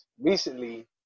recently